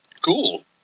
Cool